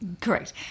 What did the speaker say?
Correct